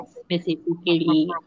specifically